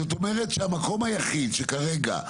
אז זאת אומרת שהמקום היחיד שכרגע,